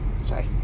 sorry